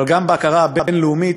אבל גם בהכרה הבין-לאומית,